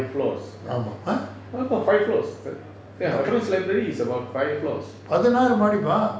five floors ya reference library is about five floors